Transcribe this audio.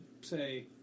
say